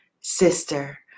sister